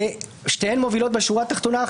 שתיהן מובילות בשורה התחתונה,